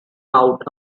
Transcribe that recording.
out